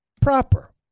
proper